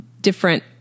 different